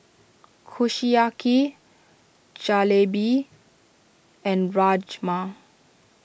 Kushiyaki Jalebi and Rajma